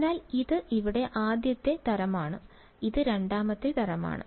അതിനാൽ ഇത് ഇവിടെ ആദ്യത്തെ തരമാണ് ഇത് രണ്ടാമത്തെ തരമാണ്